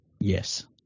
Yes